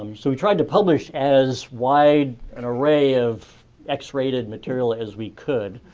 so we tried to publish as wide an array of x-rated material as we could.